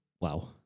Wow